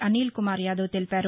అనిల్కుమార్ యాదవ్ తెలిపారు